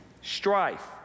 strife